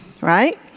Right